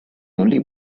only